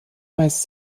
meist